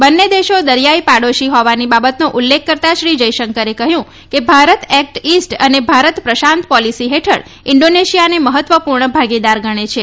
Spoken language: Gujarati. બંને દેશો દરિયાઈ પાડોશી હોવાની બાબતનો ઉલ્લેખ કરતા શ્રી જયશંકરે કહ્યું કે ભારત એક્ટ ઈસ્ટ અને ભારત પ્રશાંત પોલીસી હેઠળ ઈન્ઠોનેશિયાને મહત્વપૂર્ણ ભાગીદાર ગણે છે